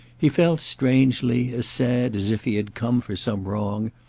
he felt, strangely, as sad as if he had come for some wrong,